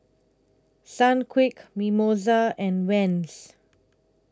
Sunquick Mimosa and Vans